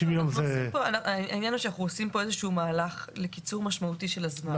אנחנו עושים כאן מהלך לקיצור משמעותי של הזמן.